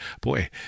boy